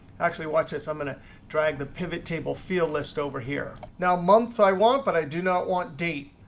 actually, watch this. i'm going ah drag the pivot table field list over here. now months, i want, but i do not want date.